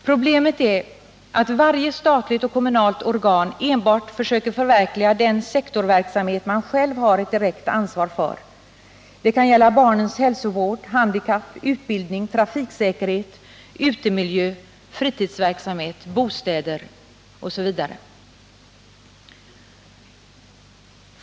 Problemet är att varje statligt och kommunalt organ enbart söker förverkliga den sektorverksamhet man själv har ett direkt ansvar för. Det kan gälla barnens hälsovård, handikapp, utbildning, trafiksäkerhet, utemiljö, fritidsverksamhet, bostäder osv.